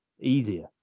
easier